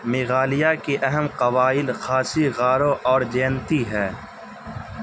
میگھالیہ کے اہم قبائل خاصی غارو اور جینتی ہے